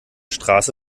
straße